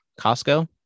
Costco